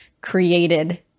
Created